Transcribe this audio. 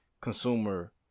consumer